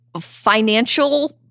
financial